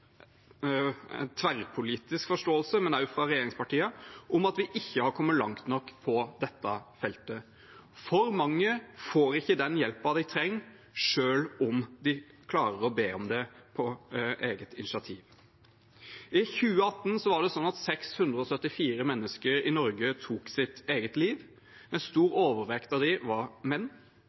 tverrpolitisk forståelse, også fra regjeringspartiene, om at vi ikke har kommet langt nok på dette feltet. For mange får ikke den hjelpen de trenger, selv om de klarer å be om det på eget initiativ. I 2018 tok 674 mennesker i Norge sitt eget liv. En stor overvekt av dem var menn.